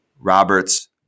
roberts